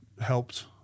helped